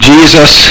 Jesus